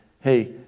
hey